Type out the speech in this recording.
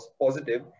positive